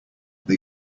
they